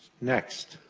next,